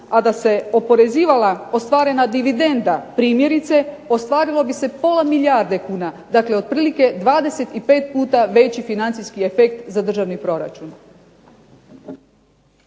a da se oporezivala ostvarena dividenda primjerice ostvarilo bi se pola milijarde kuna, dakle otprilike 25 puta veći financijski efekt za državni proračun.